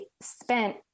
spent